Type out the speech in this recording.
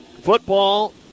football